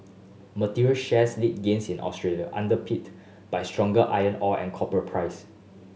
materials shares lead gains in Australia underpinned by stronger iron ore and copper price